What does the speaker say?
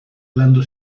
landu